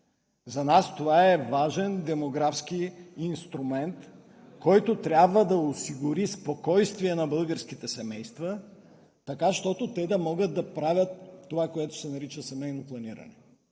За нас това е важен демографски инструмент, който трябва да осигури спокойствие на българските семейства така, щото те да могат да правят това, което се нарича семейно планиране.